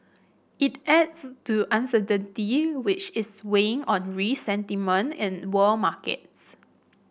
it adds to uncertainty which is weighing on risk sentiment in world markets